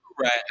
Right